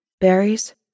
Berries